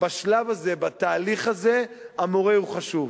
בשלב הזה, בתהליך הזה, המורה הוא חשוב,